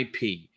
IP